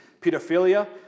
pedophilia